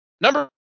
Number